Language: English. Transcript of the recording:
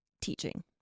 teaching